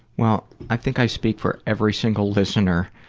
well i think i speak for every single listener